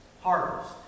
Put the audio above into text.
harvest